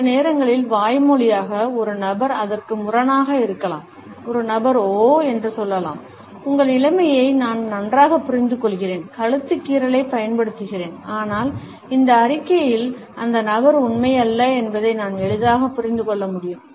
சில நேரங்களில் வாய்மொழியாக ஒரு நபர் அதற்கு முரணாக இருக்கலாம் ஒரு நபர் ஓ என்று சொல்லலாம் உங்கள் நிலைமையை நான் நன்றாக புரிந்துகொள்கிறேன் கழுத்து கீறலைப் பயன்படுத்துகிறேன் ஆனால் இந்த அறிக்கையில் அந்த நபர் உண்மையல்ல என்பதை நாம் எளிதாக புரிந்து கொள்ள முடியும்